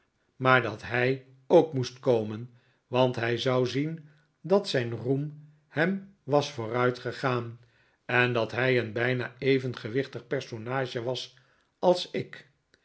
maar dat hij ook moest komen want hij zou zien dat zijn roem hem was vooruitgegaan en dat hij een bijna even gewichtig personage was als ik